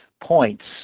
points